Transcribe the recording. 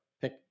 pick